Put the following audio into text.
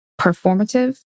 performative